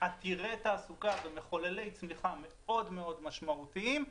עתירי תעסוקה ומחוללי צמיחה משמעותיים מאוד.